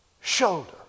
shoulder